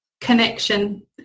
Connection